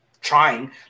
trying